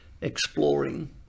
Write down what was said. exploring